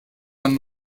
man